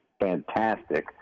fantastic